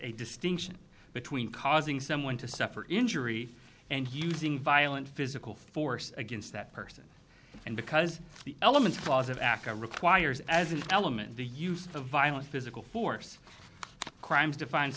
a distinction between causing someone to suffer injury and using violent physical force against that person and because the elements clause of aca requires as an element the use of violence physical force crimes defined